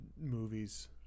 movies